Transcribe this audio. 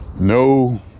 no